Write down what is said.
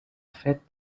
fait